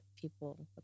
people